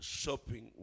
shopping